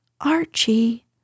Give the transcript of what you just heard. Archie